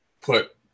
put